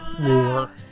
War